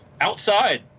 outside